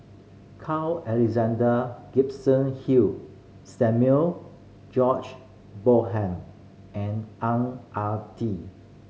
Carl Alexander Gibson Hill Samuel George Bonham and Ang Ah Tee